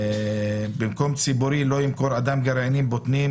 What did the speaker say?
במקום ציבורי לא ימכור אדם גרעינים ובוטנים,